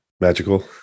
magical